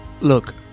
Look